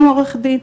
עם עורך דין,